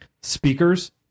speakers